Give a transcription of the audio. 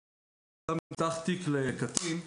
זה שנפתח תיק לקטין.